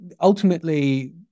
ultimately